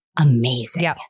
amazing